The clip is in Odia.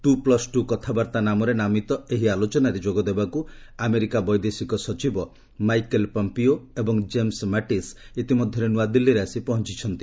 ଟୁ ପ୍ଲସ୍ ଟୁ କଥାବାର୍ତ୍ତା ନାମରେ ନାମିତ ଏହି ଆଲୋଚନାରେ ଯୋଗଦେବାକୁ ଆମେରିକା ବୈଦେଶିକ ସଚିବ ମାଇକେଲ୍ ପମ୍ପିଓ ଏବଂ ଜେମ୍ସ ମାଟିସ୍ ଇତିମଧ୍ୟରେ ନୂଆଦିଲ୍ଲୀରେ ଆସି ପହଞ୍ଚୁଛନ୍ତି